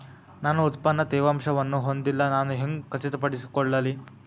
ನನ್ನ ಉತ್ಪನ್ನ ತೇವಾಂಶವನ್ನು ಹೊಂದಿಲ್ಲಾ ನಾನು ಹೆಂಗ್ ಖಚಿತಪಡಿಸಿಕೊಳ್ಳಲಿ?